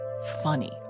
funny